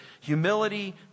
Humility